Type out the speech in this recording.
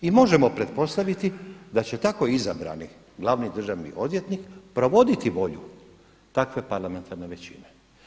I možemo pretpostaviti da će tako izabrani glavni državni odvjetnik provoditi volju takve parlamentarne većine.